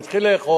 הוא התחיל לאכול,